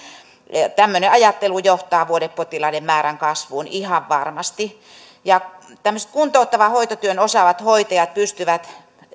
tämmöinen ajattelu johtaa vuodepotilaiden määrän kasvuun ihan varmasti tämmöiset kuntouttavan hoitotyön osaavat hoitajat pystyvät